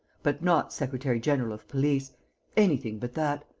but not secretary-general of police anything but that!